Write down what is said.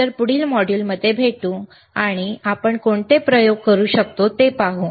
तर पुढील मॉड्यूल मध्ये भेटू आणि आपण कोणते प्रयोग करू शकतो ते पाहू